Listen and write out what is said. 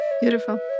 Beautiful